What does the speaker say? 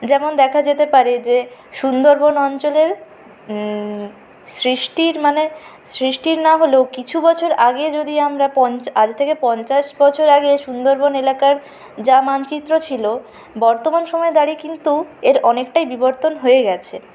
যেমন দেখা যেতে পারে যে সুন্দরবন অঞ্চলের সৃষ্টির মানে সৃষ্টির না হলেও কিছু বছর আগে যদি আমরা পন আজ থেকে পঞ্চাশ বছর আগের সুন্দরবন এলাকার যা মানচিত্র ছিল বর্তমান সময়ে দাঁড়িয়ে কিন্তু এর অনেকটাই বিবর্তন হয়ে গেছে